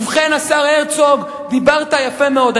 ובכן, השר הרצוג, דיברת יפה מאוד.